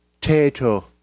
tato